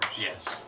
Yes